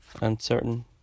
uncertain